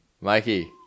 Mikey